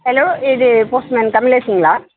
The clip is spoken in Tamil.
ஹலோ இது போஸ்ட் மேன் கமலேஷ்சுங்களா